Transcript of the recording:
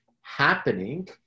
happening